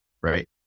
right